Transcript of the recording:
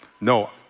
No